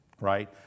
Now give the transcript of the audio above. right